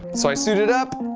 so i suited up